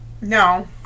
No